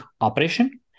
operation